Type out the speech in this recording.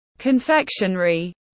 Confectionery